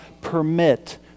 permit